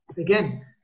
again